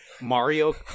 Mario